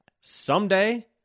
someday